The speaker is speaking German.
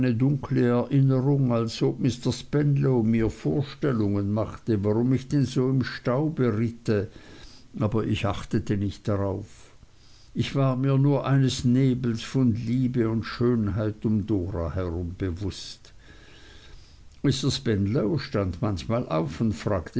dunkle erinnerung als ob mr spenlow mir vorstellungen machte warum ich denn so im staube ritte aber ich achtete nicht darauf ich war mir nur eines nebels von liebe und schönheit um dora herum bewußt mr spenlow stand manchmal auf und fragte